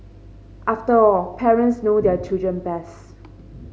after all parents know their children best